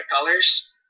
colors